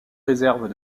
réserve